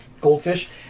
goldfish